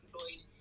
employed